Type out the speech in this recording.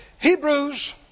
Hebrews